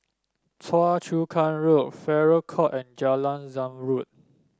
Choa Chu Kang Road Farrer Court and Jalan Zamrud